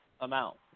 amount